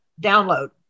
download